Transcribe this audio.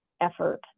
effort